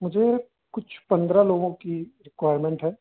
मुझे कुछ पन्द्रह लोगों की रिक्वायरमेन्ट है